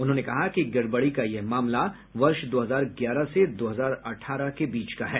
उन्होंने कहा कि गड़बड़ी का यह मामला वर्ष दो हजार ग्यारह से दो हजार अठारह के बीच का है